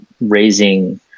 raising